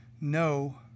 No